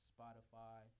Spotify